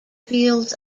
fields